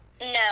No